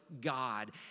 God